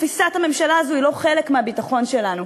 בתפיסת הממשלה הזו היא לא חלק מהביטחון שלנו,